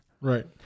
right